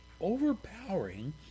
overpowering